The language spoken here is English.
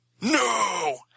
No